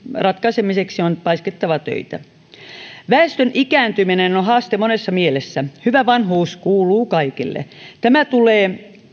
ratkaisemiseksi on paiskittava töitä väestön ikääntyminen on haaste monessa mielessä hyvä vanhuus kuuluu kaikille tämä tulee